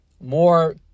more